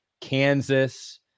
Kansas